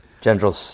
General